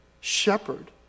shepherd